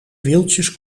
wieltjes